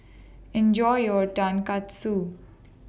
Enjoy your Tonkatsu